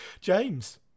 James